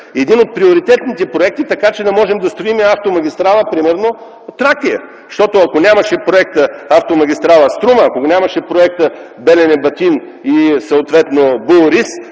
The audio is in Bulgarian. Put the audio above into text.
Един от приоритетните проекти, така че да можем да строим и автомагистрала примерно „Тракия”. Защото ако нямаше Проекта автомагистрала „Струма”, ако го нямаше Проекта „Белене- Батин” и съответно БУЛРИС,